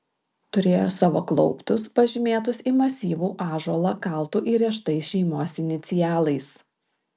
turėjo savo klauptus pažymėtus į masyvų ąžuolą kaltu įrėžtais šeimos inicialais